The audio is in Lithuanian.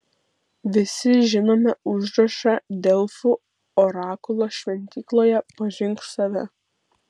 visi žinome užrašą delfų orakulo šventykloje pažink save